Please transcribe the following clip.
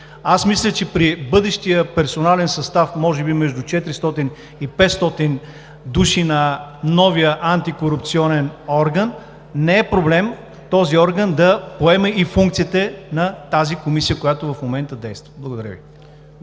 Мисля, че при бъдещия персонален състав – може би между 400 и 500 души, на новия антикорупционен орган може би не е проблем този орган да поеме и функциите на Комисията, която в момента действа. Благодаря Ви.